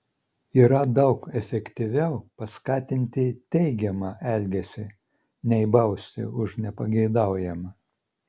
yra daug efektyviau paskatinti teigiamą elgesį nei bausti už nepageidaujamą